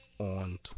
On